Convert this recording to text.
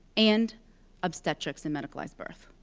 and obstetrics and medicalized birth.